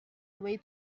away